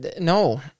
No